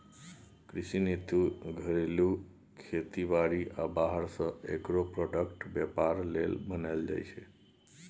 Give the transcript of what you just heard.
कृषि नीति घरेलू खेती बारी आ बाहर सँ एग्रो प्रोडक्टक बेपार लेल बनाएल जाइ छै